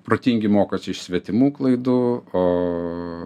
protingi mokosi iš svetimų klaidų o